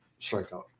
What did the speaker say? strikeout